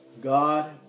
God